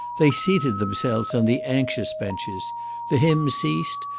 they seated themselves on the anxious benches the hymn ceased,